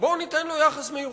בואו ניתן לו יחס מיוחד.